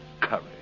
Courage